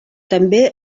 també